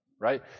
right